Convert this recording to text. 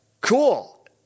Cool